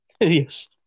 Yes